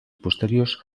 posteriors